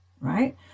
right